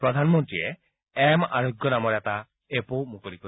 প্ৰধানমন্ত্ৰীয়ে এম আৰোগ্য নামৰ এটা এ'পো মুকলি কৰিব